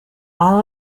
all